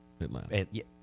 Atlanta